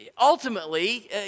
ultimately